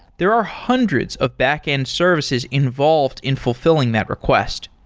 there are hundreds of backend services involved in fulfilling that request.